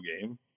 game